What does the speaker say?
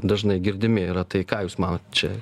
dažnai girdimi yra tai ką jūs manot čia